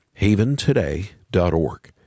HavenToday.org